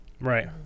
Right